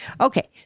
okay